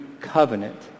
covenant